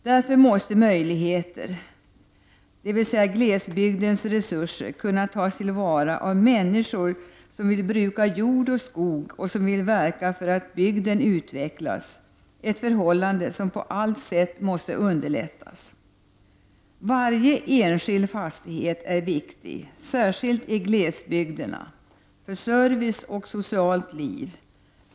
Därför måste möjligheter, dvs. glesbygdens resurser, kunna tas till vara av människor som vill bruka jord och skog och som vill verka för att bygden utvecklas — ett förhållande som på allt sätt måste underlättas. Varje enskild fastighet är viktig, särskilt i glesbygden, för service och socialt liv.